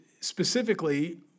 specifically